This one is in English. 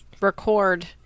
record